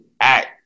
act